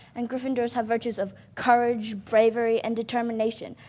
and gryffindor's have virtues of courage, bravery, and determination.